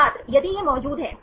छात्र यदि यह मौजूद है